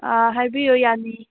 ꯍꯥꯏꯕꯤꯌꯣ ꯌꯥꯅꯤ